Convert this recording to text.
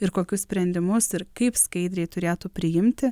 ir kokius sprendimus ir kaip skaidriai turėtų priimti